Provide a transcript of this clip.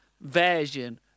version